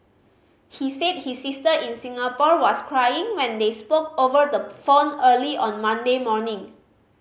he said his sister in Singapore was crying when they spoke over the phone early on Monday morning